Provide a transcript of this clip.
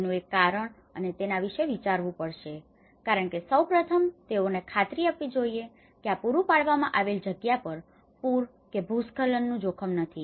જેનું એક કારણ છે અને તેના વિશે વિચારવું પણ પડશે કારણ કે સૌ પ્રથમ તેઓને એ ખાતરી આપવી જોઈએ કે આ પૂરું પાડવામાં આવેલ જગ્યા પર પુર કે ભૂસ્ખલનનું જોખમ નથી